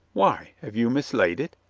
why, have you mislaid it?